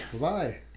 Bye